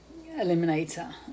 Eliminator